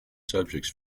subjects